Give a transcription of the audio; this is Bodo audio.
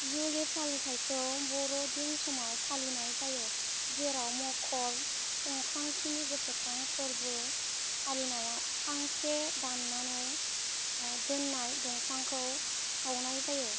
युले फालिथायखौ बर'दिन समाव फालिनाय जायो जेराव मकर संक्रान्थिनि गोसोखां फोरबो फालिनायाव फांसे दाननानै दोननाय दंफांखौ सावनाय जायो